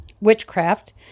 Witchcraft